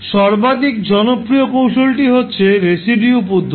সর্বাধিক জনপ্রিয় কৌশলটি হচ্ছে রেসিডিউ পদ্ধতি